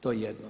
To je jedno.